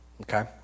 Okay